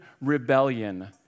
rebellion